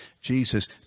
Jesus